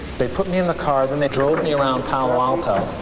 they put me in the car, then they drove me around palo alto.